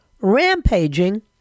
rampaging